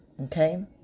Okay